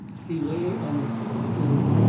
he lay on the foot of the bed,